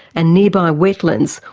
and nearby wetlands,